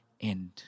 end